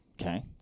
Okay